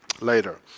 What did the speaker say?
later